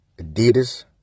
Adidas